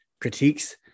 critiques